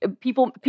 people